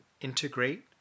integrate